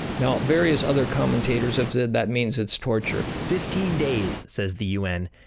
now, various other commentators have said that means it's torture fifteen days says the un,